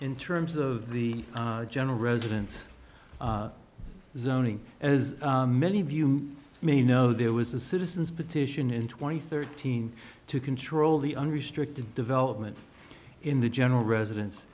in terms of the general residence zoning as many of you may know there was a citizen's petition in twenty thirteen to control the unrestricted development in the general residen